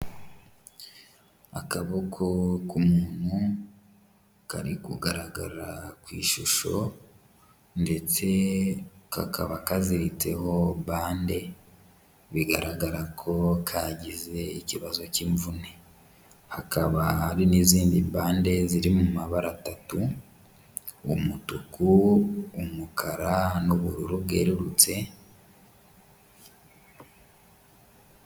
Akaboko k'umuntu kari kugaragara ku ishusho ndetse kakaba kaziritseho bande, bigaragara ko kagize ikibazo k'imvune hakaba hari n'izindi mpande ziri mu mabara atatu, umutuku, umukara n'ubururu bwerurutse.